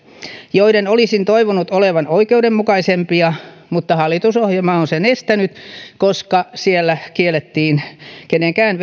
joiden olisin toivonut olevan oikeudenmukaisempia mutta hallitusohjelma on sen estänyt koska siellä kiellettiin kiristämästä kenenkään